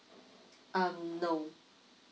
um no